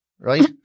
right